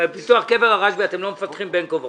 ופיתוח קבר הרשב"י אתם לא מפתחים בין כה וכה.